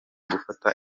gufata